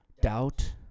doubt